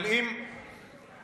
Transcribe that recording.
מתי זה יקרה?